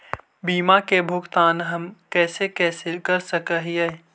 बीमा के भुगतान हम कैसे कैसे कर सक हिय?